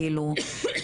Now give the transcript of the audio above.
אפילו